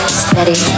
steady